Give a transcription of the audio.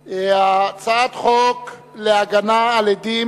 הצעת חוק להגנה על עדים